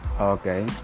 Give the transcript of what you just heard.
Okay